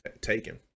taken